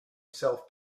self